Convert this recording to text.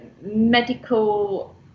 medical